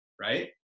right